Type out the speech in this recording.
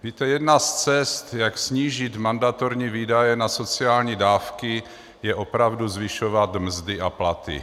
Víte, jedna z cest, jak snížit mandatorní výdaje na sociální dávky, je opravdu zvyšovat mzdy a platy.